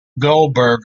goldberg